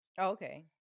Okay